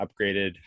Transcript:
upgraded